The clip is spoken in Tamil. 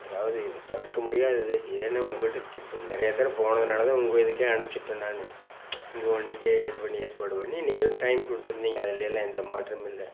அதாவது இது தவிர்க்க முடியாத இது ஏன்னெனு உங்கள் கிட்டே திருப்பு நிறைய தடவ போனதுனால் தான் உங்கள் இதுக்கே அனுப்பிச்சிட்டேன் நான் உங்கள் வண்டிக்கே இது பண்ணி ஏற்பாடு பண்ணி நீங்களும் டைம் கொடுத்திறீந்திங்க அதில் எல்லாம் எந்த மாற்றமில்லை